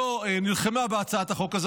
נלחמה בהצעת החוק הזו,